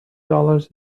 dollars